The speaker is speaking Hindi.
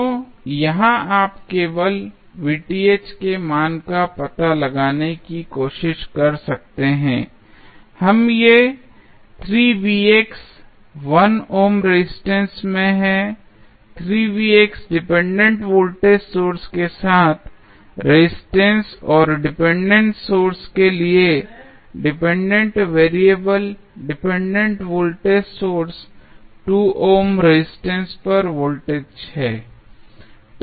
तो यहाँ आप केवल के मान का पता लगाने की कोशिश कर सकते हैं हम ये 1 ओम रेजिस्टेंस में है डिपेंडेंट वोल्टेज सोर्स के साथ रेजिस्टेंस और डिपेंडेंट सोर्स के लिए dependent variable dependent voltage source 2 ohm resistance पर वोल्टेज हैं